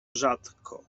rzadko